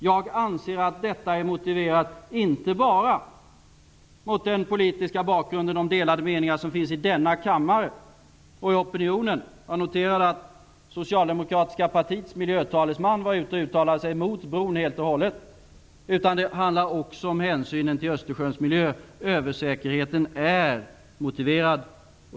Jag anser att detta inte bara är motiverat mot bakgrund av de delade meningar som finns i denna kammare och i opinionen -- jag noterar att det socialdemokratiska partiets miljötalesman har uttalat sig emot bron helt och hållet -- utan att det också handlar om hänsyn till Östersjöns miljö. Översäkerheten är motiverad.